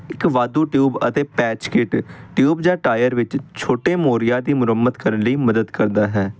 ਇੱਕ ਵਾਧੂ ਟਿਊਬ ਅਤੇ ਪੈਚਕਿਟ ਟਿਊਬ ਜਾਂ ਟਾਇਰ ਵਿੱਚ ਛੋਟੇ ਮੋਰੀਆਂ ਦੀ ਮੁਰੰਮਤ ਕਰਨ ਲਈ ਮਦਦ ਕਰਦਾ ਹੈ